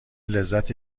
لذت